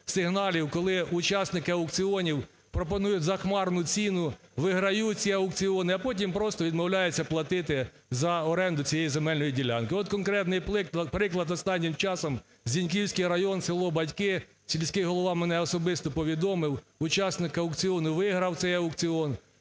коли учасники аукціонів пропонують захмарну ціну, виграють ці аукціони, а потім просто відмовляються платити за оренду цієї земельної ділянки. От конкретний приклад останнім часом, Зіньківський район, село Батьки. Сільський голова мене особисто повідомив: учасник аукціону виграв цей аукціон,